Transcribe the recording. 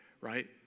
right